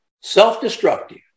self-destructive